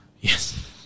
Yes